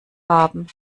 haben